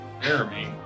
Jeremy